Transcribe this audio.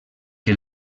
que